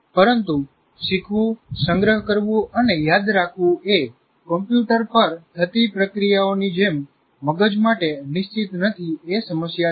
પરંતુ શીખવું સંગ્રહ કરવું અને યાદ રાખવું એ કમ્પ્યુટર પર થતી પ્રક્રિયાઓ ની જેમ મગજ માટે નિશ્ચિત નથી એ સમસ્યા છે